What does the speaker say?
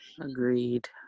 Agreed